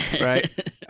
Right